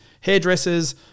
Hairdressers